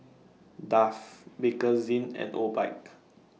Dove Bakerzin and Obike